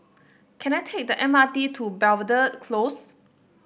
can I take the M R T to Belvedere Close